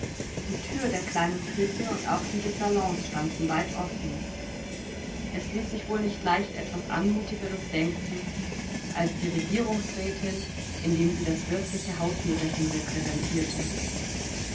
die thür der kleinen küche und auch die des salons standen weit offen es ließ sich wohl nicht leicht etwas anmutigeres denken als die regierungsrätin indem sie das wirtliche hausmütterchen repräsentierte